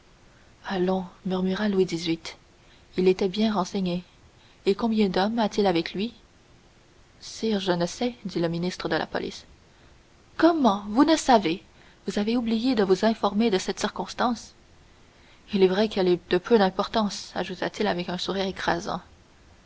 allons murmura louis xviii il était bien renseigné et combien d'hommes a-t-il avec lui sire je ne sais dit le ministre de la police comment vous ne savez vous avez oublié de vous informer de cette circonstance il est vrai qu'elle est de peu d'importance ajouta-t-il avec un sourire écrasant